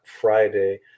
Friday